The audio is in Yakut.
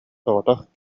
соҕотох